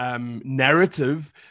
narrative